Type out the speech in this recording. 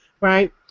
right